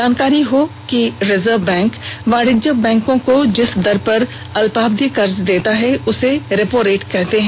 जानकारी हो कि रिजर्व बैंक वाणिज्यिक बैंकों को जिस दर पर अल्पावधि कर्ज देता है उसे रेपो रेट कहा जाता है